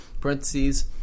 parentheses